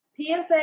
PSA